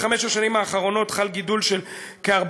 בחמש השנים האחרונות חל גידול של כ-40%